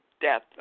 death